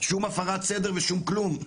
שום הפרת סדר ושום כלום,